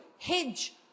hedge